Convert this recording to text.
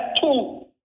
two